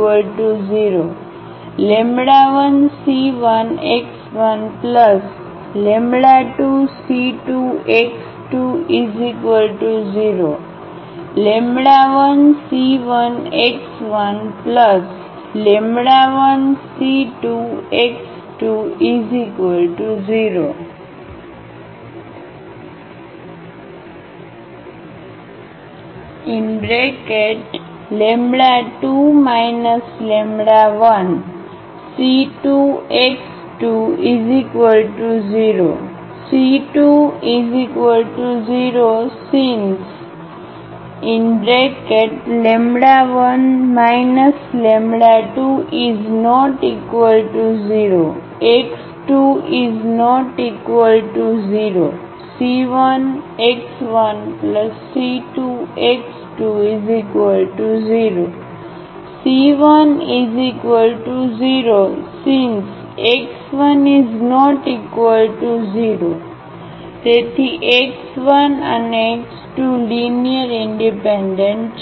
1c1x12c2x20⟹1c1x11c2x20 2 1c2x20c20 since 1 2≠0x2≠0 c1x1c2x20 ⟹c10 since x1≠0 તેથી x1 અને x2 linear independent છે